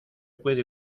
puede